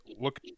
look